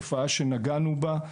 זוהי תופעה שנגענו בה,